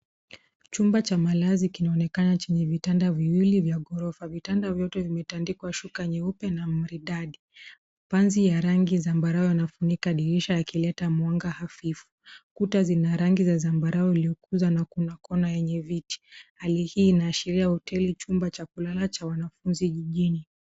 Chumba cha malazi kinaonekana chenye vitanda viwili vya ghorofa. Vitanda vyote vimetandikwa shuka nyeupe na maridadi. Panzi ya rangi zambarau yanafunika dirisha yakileta mwanga hafifu. Kuta zina rangi za zambarau iliyokuza na kuna kona yenye viti. Hali hii inashiria hoteli chumba cha kulala cha wanafunzi jijini.